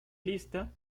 lista